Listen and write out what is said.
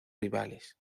rivales